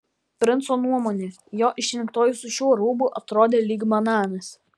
princo nuomone jo išrinktoji su šiuo rūbu atrodė lyg bananas